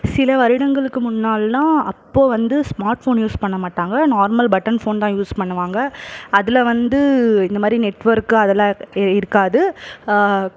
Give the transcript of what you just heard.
சில வருடங்களுக்கு முன்னாள்னா அப்போது வந்து ஸ்மார்ட் ஃபோன் யூஸ் பண்ண மாட்டாங்க நார்மல் பட்டன் ஃபோன் தான் யூஸ் பண்ணுவாங்கள் அதில் வந்து இந்த மாதிரி நெட் ஒர்க்கு அதெலாம் இருக்காது